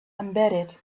embedded